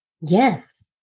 Yes